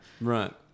Right